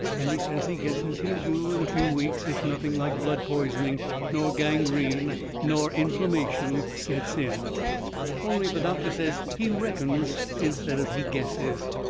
and he says he guesses he'll do in a few weeks if nothing like blood poisoning nor gangrene nor inflammation sets in only the doctor says he reckons instead of he guesses,